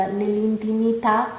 nell'intimità